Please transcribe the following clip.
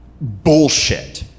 Bullshit